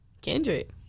Kendrick